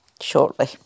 shortly